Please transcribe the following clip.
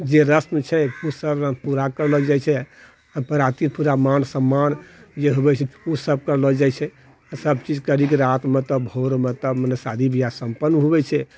जे रस्म छै उ सब पूरा करलो जाइ छै बारातीके पूरा मान सम्मान जे होवै छै उ सब करलो जाइ छै सब चीज करिके रातिमे तब भोरमे तब मने शादी बियाह सम्पन्न होइ छै